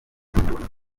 abanyarwanda